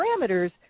parameters